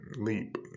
leap